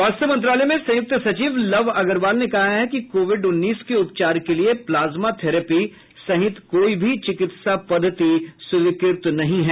स्वास्थ्य मंत्रालय में संयुक्त सचिव लव अग्रवाल ने कहा है कि कोविड़ उन्नीस के उपचार के लिए प्लाज्मा थैरेपी सहित कोई भी चिकित्सा पद्धति स्वीकृत नहीं है